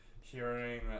hearing